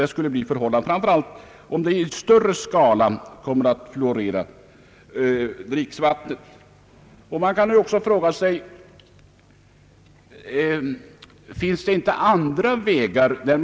Det är inte tu tal om att fluor har gynnsam effekt i sådana sammanhang.